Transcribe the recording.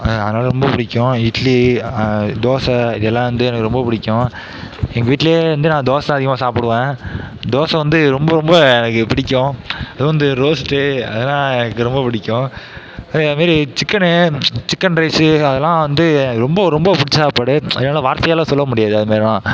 அதை அதனால் ரொம்ப பிடிக்கும் இட்லி தோசை இது எல்லாம் வந்து எனக்கு ரொம்ப பிடிக்கும் எங்கள் வீட்லையே வந்து நான் தோசை தான் அதிகமாக சாப்பிடுவேன் தோசை வந்து ரொம்ப ரொம்ப பிடிக்கும் அதுவும் இந்த ரோஸ்ட்டு அதுலாம் எனக்கு ரொம்ப பிடிக்கும் அதே மாதிரி சிக்கென்னு சிக்கன் ரைஸ்ஸு அதெல்லாம் வந்து ரொம்ப ரொம்ப பிடிச்ச சாப்பாடு என்னால் வார்த்தையால் சொல்ல முடியாது அது மாதிரிலாம்